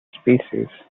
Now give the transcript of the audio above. species